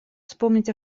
вспомнить